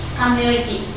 community